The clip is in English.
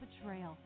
betrayal